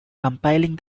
compiling